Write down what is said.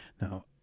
Now